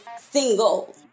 single